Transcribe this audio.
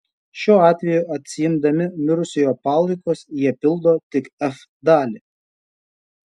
šiuo atveju atsiimdami mirusiojo palaikus jie pildo tik f dalį